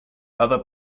other